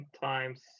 times